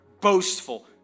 boastful